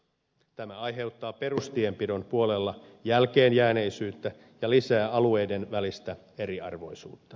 tämä aiheuttaa perustienpidon puolella jälkeenjääneisyyttä ja lisää alueiden välistä eriarvoisuutta